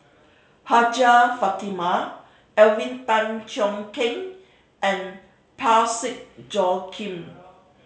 Hajjah Fatimah Alvin Tan Cheong Kheng and Parsick Joaquim